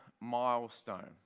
milestone